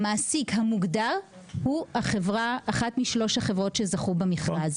המעסיק המוגדר הוא אחת משלוש החברות שזכו במכרז.